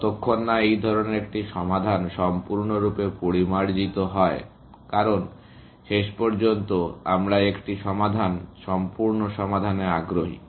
যতক্ষণ না এই ধরনের একটি সমাধান সম্পূর্ণরূপে পরিমার্জিত হয় কারণ শেষ পর্যন্ত আমরা একটি সমাধান সম্পূর্ণ সমাধানে আগ্রহী